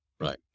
Right